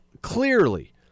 clearly